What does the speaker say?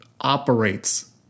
operates